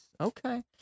Okay